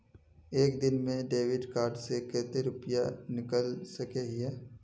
एक दिन में डेबिट कार्ड से कते रुपया निकल सके हिये?